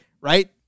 Right